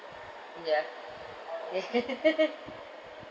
ya